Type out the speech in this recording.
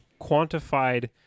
quantified